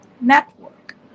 network